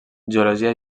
geologia